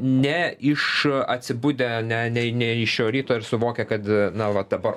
ne iš atsibudę ne ne ne iš šio ryto ir suvokia kad na va dabar